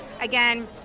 Again